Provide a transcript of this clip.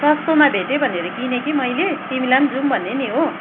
सस्तोमा भेटेँ भनेर किनेँ कि मैले तिमीलाई पनि जाउँ भनेँ नि हो